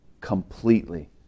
Completely